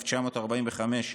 1945,